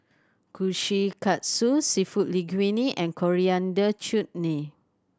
Kushikatsu Seafood Linguine and Coriander Chutney